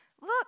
Look